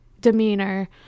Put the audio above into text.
demeanor